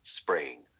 spraying